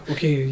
Okay